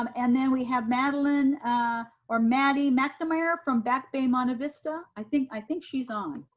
um and then we have madeline or maddy mcnamer from back bay monte vista. i think i think she's on.